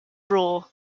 raw